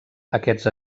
aquests